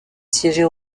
siéger